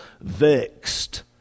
vexed